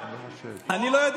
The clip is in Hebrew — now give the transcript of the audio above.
אני לא חושד, אני לא חושד.